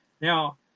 Now